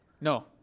No